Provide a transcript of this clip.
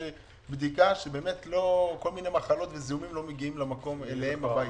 בדיקה שבאמת כל מיני מחלות וזיהומים לא מגיעים אליהם הביתה.